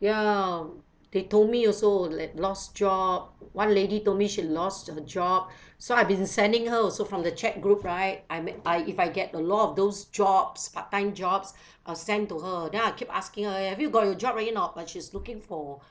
ya they told me also like lost job one lady told me she lost her job so I've been sending her also from the chat group right I mean I if I get a lot of those jobs part-time jobs I'll send to her then I keep asking her have you got your job already or not but she's looking for